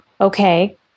okay